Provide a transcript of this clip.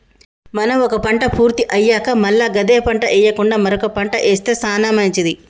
మనం ఒక పంట పూర్తి అయ్యాక మల్ల గదే పంట ఎయ్యకుండా మరొక పంట ఏస్తె సానా మంచిది